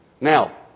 Now